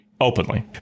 openly